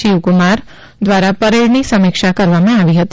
શિવકુમાર દ્વારા પરેડની સમીક્ષા કરવામાં આવી હતી